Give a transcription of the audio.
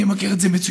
אני מכיר את זה מצוין.